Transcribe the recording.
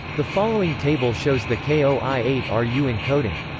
the following table shows the k o i eight ru encoding.